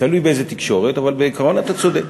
תלוי באיזו תקשורת, אבל בעיקרון אתה צודק.